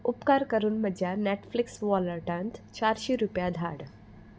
उपकार करून म्हज्या नॅटफ्लिक्स वॉलेटांत चारशीं रुपया धाड